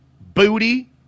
Booty